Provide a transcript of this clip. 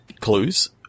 clues